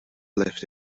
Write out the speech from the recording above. left